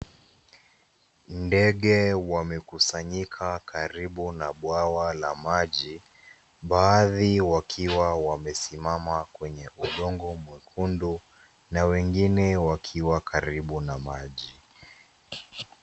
Ndege wamekusanyika karibu na bwawa la maji, baadhi wakiwa wamesimama kwenye udongo mwekundu na wengine wakiwa karibu na maji.